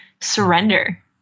surrender